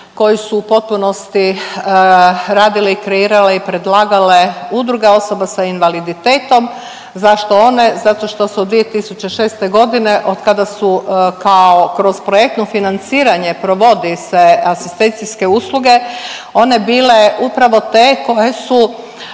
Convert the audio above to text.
koji su u potpunosti radili, kreirale i predlagale udruga osoba s invaliditetom. Zašto one? Zato što su od 2006. od kada su kao kroz projektno financiranje provodi se asistencijske usluge one bile upravo te koje su